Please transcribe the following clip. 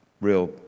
real